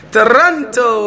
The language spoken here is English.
Toronto